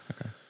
Okay